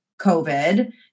COVID